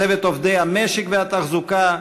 לצוות עובדי המשק והתחזוקה,